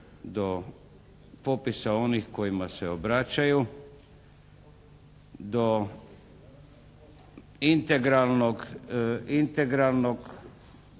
do popisa onih kojima se obraćaju, do integralne